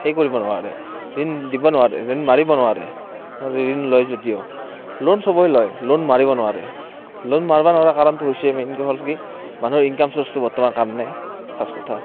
সেই কৰিব নোৱাৰে ঋণ দিব নোৱাৰে ঋণ মাৰিব নোৱাৰে ঋণ লয় যদিও লোন সবেই লয় লোন মাৰিব নোৱাৰে লোন মাৰিব নোৱাৰাৰ কাৰণটো হৈছে মেইনকৈ হ'ল কি মানুহৰ ইনকম চ'ৰ্চটো বৰ্তমান কাম নাই ফাৰ্ষ্ট কথা